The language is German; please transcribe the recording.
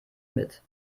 mit